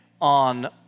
on